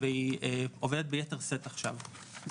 והיא עוברת ביתר שאת עכשיו.